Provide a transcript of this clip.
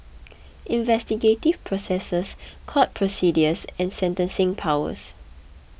investigative processes court procedures and sentencing powers